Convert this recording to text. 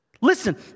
Listen